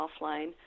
offline